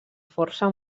força